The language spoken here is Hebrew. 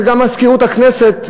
גם מזכירות הכנסת,